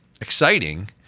exciting